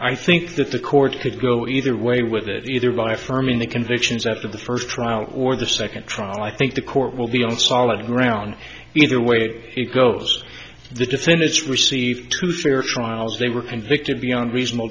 i think that the court could go either way with it either by firming the convictions after the first trial or the second trial i think the court will be on solid ground either way it goes the defendant's received two fair trials they were convicted beyond reasonable